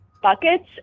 buckets